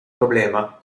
problema